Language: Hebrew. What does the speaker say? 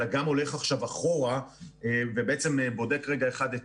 אלא גם הולך עכשיו אחורה ובעצם בודק רגע אחד את